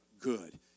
good